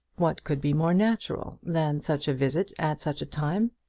what could be more natural than such a visit at such a time?